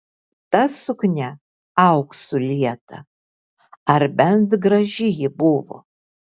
ta suknia auksu lieta ar bent graži ji buvo